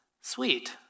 Sweet